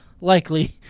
likely